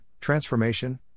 transformation